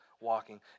walking